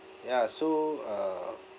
ya so uh